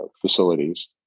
facilities